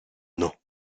nom